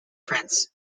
prince